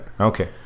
Okay